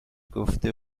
گفته